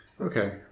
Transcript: Okay